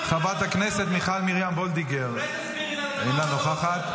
חברת הכנסת יסמין פרידמן, אינה נוכחת,